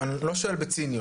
אני לא שואל בציניות.